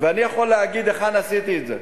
ואני יכול להגיד היכן עשיתי את זה.